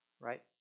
right